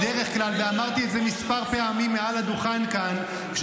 אמרתי את זה כמה פעמים מעל הדוכן כאן: בדרך כלל,